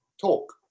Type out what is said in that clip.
talk